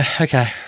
Okay